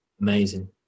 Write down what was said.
Amazing